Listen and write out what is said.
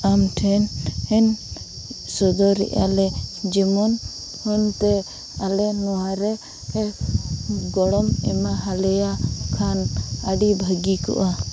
ᱟᱢᱴᱷᱮᱱ ᱦᱮᱸ ᱥᱚᱫᱚᱨᱮᱫ ᱟᱞᱮ ᱡᱮᱢᱚᱱ ᱦᱚᱱᱛᱮ ᱟᱞᱮ ᱱᱚᱣᱟᱨᱮ ᱜᱚᱲᱚᱢ ᱮᱢᱟ ᱦᱟᱞᱮᱭᱟ ᱠᱷᱟᱱ ᱟᱹᱰᱤ ᱵᱷᱟᱹᱜᱤ ᱠᱚᱜᱼᱟ